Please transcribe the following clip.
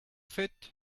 fit